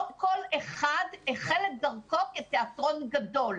לא כל אחד החל את דרכו כתיאטרון גדול.